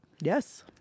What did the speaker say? Yes